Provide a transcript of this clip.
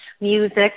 music